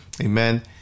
Amen